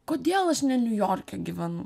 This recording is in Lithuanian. kodėl aš ne niujorke gyvenu